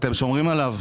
אתם שומרים עליו.